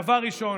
דבר ראשון,